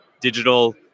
digital